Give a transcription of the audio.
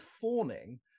fawning